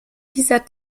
dieser